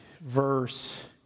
verse